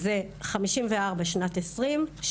54 בשנת 2020,